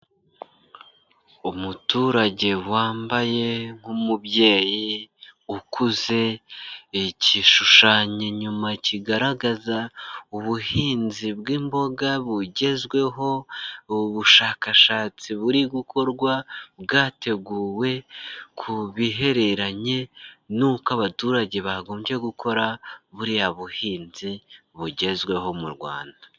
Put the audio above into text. Umuturage wambaye nk'umubyeyi ukuze, igishushanyo nyuma kigaragaza ubuhinzi bw'imboga bugezweho, ubushakashatsi buri gukorwa bwateguwe ku bihereranye n'uko abaturage bagombye gukora buriya buhinzi bugezweho mu Rwanda.